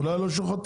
אולי לא שוחטים?